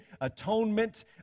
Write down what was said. atonement